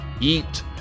eat